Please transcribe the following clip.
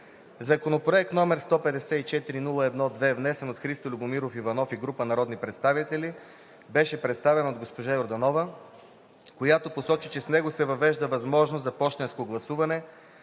Законопроект № 154-01-2, внесен от Христо Любомиров Иванов и група народни представители, беше представен от госпожа Йорданова, която посочи, че с него се въвежда възможност за пощенско гласуване